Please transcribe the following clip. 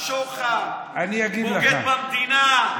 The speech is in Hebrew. שוחד, בוגד במדינה.